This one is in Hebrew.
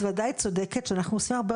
את הפליטים ואת התושבים החוזרים שמגיעים לכאן